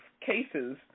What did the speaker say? cases